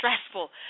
stressful